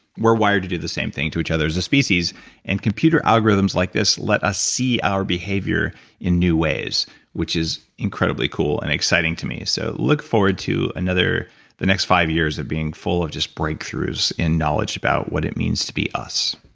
we're wired to do the same thing to each other as a species and computer algorithms like this let us see our behavior in new ways which is incredibly cool and exciting to me. so, look forward to and the next five years of being full of just breakthroughs and knowledge about what it means to be us